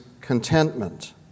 contentment